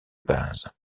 base